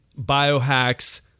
biohacks